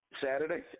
Saturday